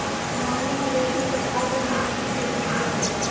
मोहिनी ने रोशनी को छात्र ऋण लेने की प्रक्रिया बताई